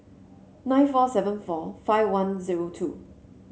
nine four seven four five one zero two